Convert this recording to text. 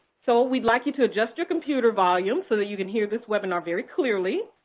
so we'd like you to adjust your computer volume so that you can hear this webinar very clearly.